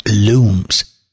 looms